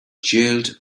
jailed